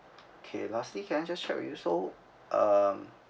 okay lastly can I just check with you so uh